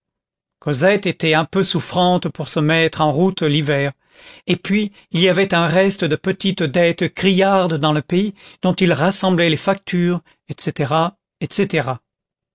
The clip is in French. était un peu souffrante pour se mettre en route l'hiver et puis il y avait un reste de petites dettes criardes dans le pays dont il rassemblait les factures etc etc